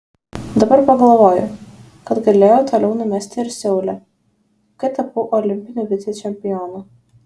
dabar pagalvoju kad galėjau toliau numesti ir seule kai tapau olimpiniu vicečempionu